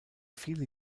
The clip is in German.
viele